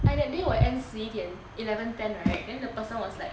I that day I end 十一点 eleven ten right then the person was like